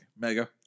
Mega